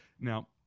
Now